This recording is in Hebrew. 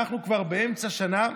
אנחנו כבר באמצע שנה,